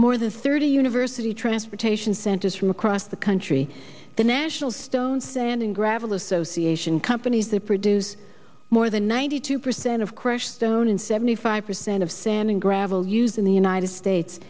more than thirty universal transportation centers from across the country the national stone standing gravel association companies they produce more than one hundred two percent of crash zone and seventy five percent of sand and gravel used in the united states